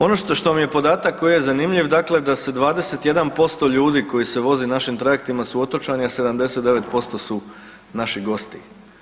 Ono što mi je podatak bio zanimljiv, dakle da se 21% ljudi koji se voze našim trajektima su otočani a 79% su naši gosti.